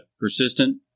persistent